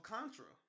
Contra